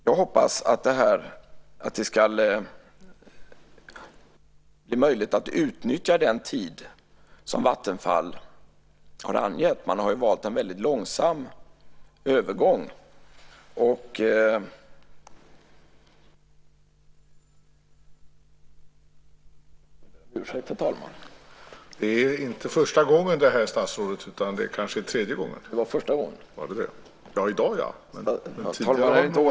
Jag hoppas att det ska bli möjligt att utnyttja den tid som Vattenfall har angivit. Man har ju valt en väldigt långsam övergång.